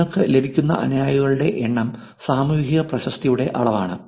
നിങ്ങൾക്ക് ലഭിക്കുന്ന അനുയായികളുടെ എണ്ണം സാമൂഹിക പ്രശസ്തിയുടെ അളവാണ്